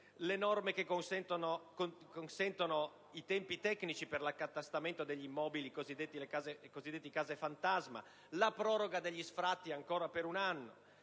alle norme che consentono i tempi tecnici per l'accatastamento degli immobili (le cosiddette case fantasma) e alla proroga degli sfratti per un anno